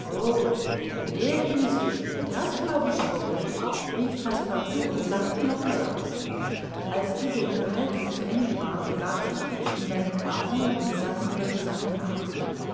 in der hinsicht das glaub ich wohl rief passepartout und lachte noch heller als diese unterhaltung zu ende war begab sich fix in seine cabine und sann über die sache nach